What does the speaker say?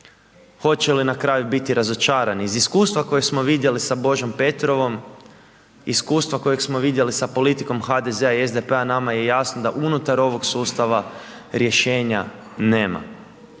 hoće li na kraju biti razočarani? Iz iskustva koje smo vidjeli sa Božom Petrovom, iskustava kojeg smo vidjeli sa politikom HDZ-a i SDP-a nema je jasno da unutar ovog sustava rješenja nema.